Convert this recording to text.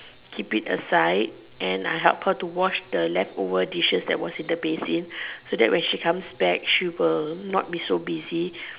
keep it aside and I help her to wash the leftover dishes that was in the basin so that when she comes back she will not be so busy